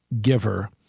giver